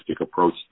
approach